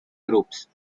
groups